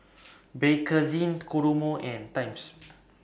Bakerzin Kodomo and Times